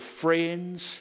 friends